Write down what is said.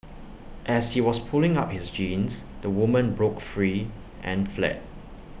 as he was pulling up his jeans the woman broke free and fled